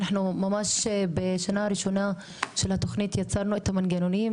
אנחנו בשנה הראשונה של התוכנית יצרנו את המנגנונים,